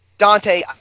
Dante